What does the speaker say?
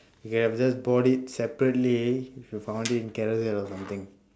you could have just bought it separately if you found it in carousell or something